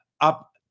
up